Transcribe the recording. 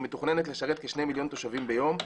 מתוכננת לשרת כשני מיליון תושבים ביום.